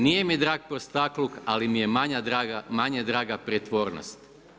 Nije mi drag prostakluk, ali mi je manje draga prijetvornost.